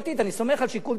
אני סומך על שיקול דעתה.